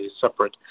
separate